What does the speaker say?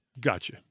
Gotcha